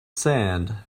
sand